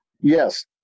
yes